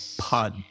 pod